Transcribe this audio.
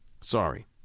Sorry